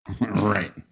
Right